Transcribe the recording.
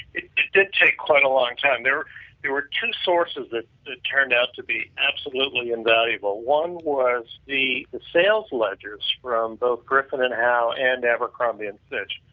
it did take quite a long time. there there were two sources that turned out to be absolutely and valuable. one was the sales ledgers from both griffin and howe and abercrombie and fitch.